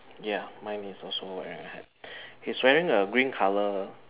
ya mine is also wearing a hat he's wearing a green color